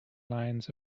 lines